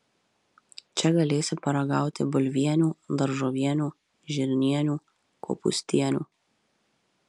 čia galėsi paragauti bulvienių daržovienių žirnienių kopūstienių